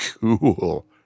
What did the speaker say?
Cool